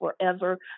forever